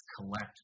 collect